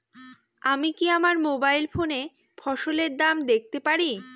আমি কি আমার মোবাইল ফোনে ফসলের দাম দেখতে পারি?